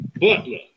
Butler